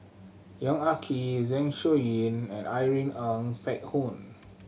Yong Ah Kee Zeng Shouyin and Irene Ng Phek Hoong